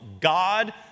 God